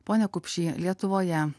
pone kupšy lietuvoje